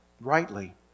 rightly